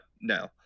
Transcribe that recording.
No